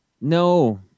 no